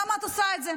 למה את עושה את זה?